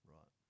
Right